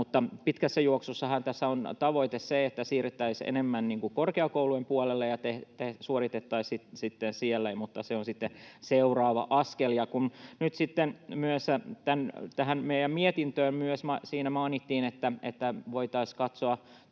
Pitkässä juoksussahan tässä on se tavoite, että siirrettäisiin enemmän korkeakoulujen puolelle ja suoritettaisiin siellä, mutta se on sitten seuraava askel. Tässä meidän mietinnössä myös mainittiin, että voitaisiin katsoa